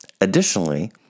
Additionally